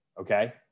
okay